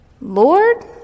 Lord